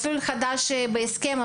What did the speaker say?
מסלול חדש בהסכם,